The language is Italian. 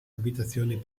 abitazioni